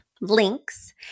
links